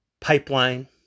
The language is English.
Pipeline